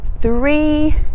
three